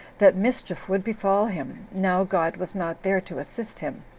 that mischief would befall him, now god was not there to assist him